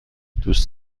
دوست